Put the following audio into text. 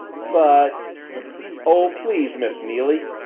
but oh, please, miss neily!